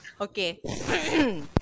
okay